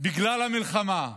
בגלל המלחמה,